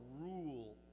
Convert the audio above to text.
rule